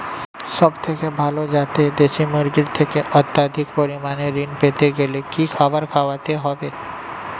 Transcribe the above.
সবথেকে ভালো যাতে দেশি মুরগির থেকে অত্যাধিক পরিমাণে ঋণ পেতে গেলে কি খাবার খাওয়াতে হবে?